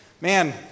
man